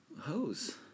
hose